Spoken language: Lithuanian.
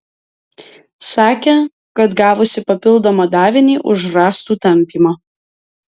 sakė kad gavusi papildomą davinį už rąstų tampymą